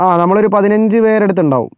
ആ നമ്മളൊരു പതിനഞ്ച് പേരടുത്തുണ്ടാകും